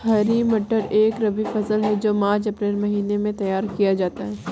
हरी मटर एक रबी फसल है जो मार्च अप्रैल महिने में तैयार किया जाता है